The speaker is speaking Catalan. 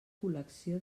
col·lecció